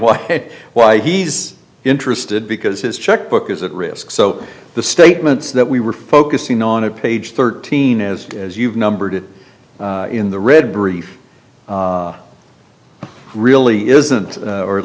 it why he's interested because his checkbook is at risk so the statements that we were focusing on a page thirteen as as you've numbered it in the red brief it really isn't or at